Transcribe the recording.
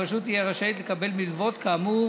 הרשות תהיה רשאית לקבל מלוות כאמור